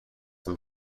zum